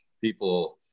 people